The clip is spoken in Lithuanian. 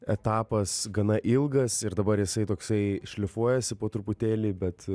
etapas gana ilgas ir dabar jisai toksai šlifuojasi po truputėlį bet